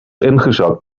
ingezakt